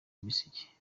message